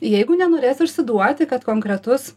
jeigu nenorės išsiduoti kad konkretus